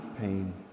pain